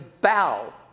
bow